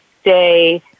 stay